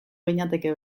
ginateke